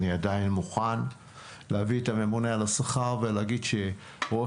אני עדיין מוכן להביא את הממונה על השכר ולהגיד שרואה